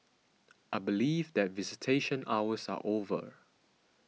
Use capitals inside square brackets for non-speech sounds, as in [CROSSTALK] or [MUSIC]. [NOISE] I believe that visitation hours are over